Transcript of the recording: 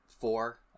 four